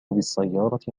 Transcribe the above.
بالسيارة